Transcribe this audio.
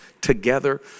together